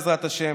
בעזרת השם,